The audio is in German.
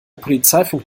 polizeifunk